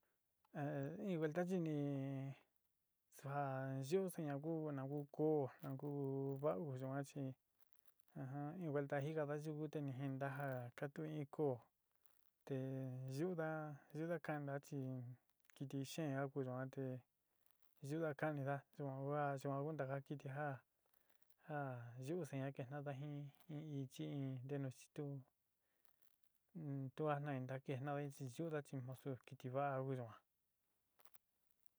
He iin vuelta xhini'í, xa'a yoxí nanguu na ngó ko'ó na nanguu vanguo yikuan chií, ajan iin vuelta njijada ndayuku tenin ndaja'a katuu inn ko'ó té yuda'á yuda'á kanda chí kiti ye'en akuyuanté yuu nda'a kanida yuhuahua yihua kundaka kiti nja nja yuxi ñanaken ñandajin iin ichi iin ndenuchitu uun tuaxna iin ndakena oixyundachi chimoxo kiti va'a oyukuan.